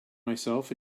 myself